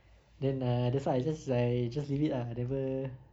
then err that's why I just like just leave it lah never